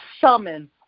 summon